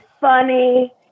funny